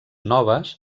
noves